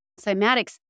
cymatics